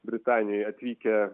britanijoj atvykę